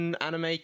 anime